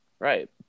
Right